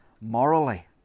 morally